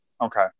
Okay